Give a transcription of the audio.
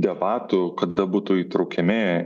debatų kada būtų įtraukiami